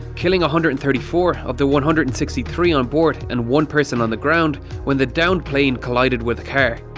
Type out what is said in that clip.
killing one ah hundred and thirty four of the one hundred and sixty three on board and one person on the ground when the downed plane collided with a car.